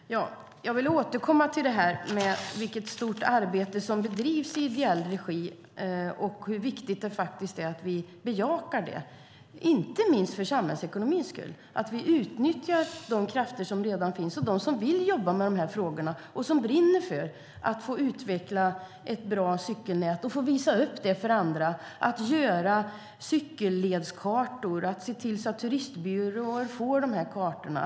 Fru talman! Jag vill återkomma till vilket stort arbete det är som bedrivs i ideell regi och hur viktigt det faktiskt är att vi bejakar det, inte minst för samhällsekonomins skull. Det handlar om att vi utnyttjar de krafter som redan finns och de som vill jobba med de här frågorna och som brinner för att få utveckla ett bra cykelnät och visa upp det för andra. De gör cykelledskartor. De ser till att turistbyråer får de här kartorna.